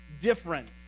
different